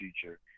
future